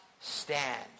stand